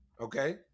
Okay